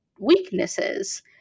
weaknesses